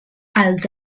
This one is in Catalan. als